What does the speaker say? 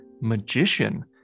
magician